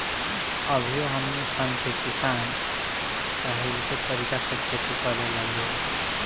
अभियो हमनी सन के किसान पाहिलके तरीका से खेती करेला लोग